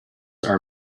are